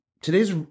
today's